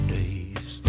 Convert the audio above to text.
days